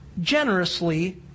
generously